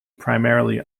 primarily